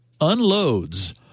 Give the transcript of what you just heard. Unloads